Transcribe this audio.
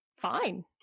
fine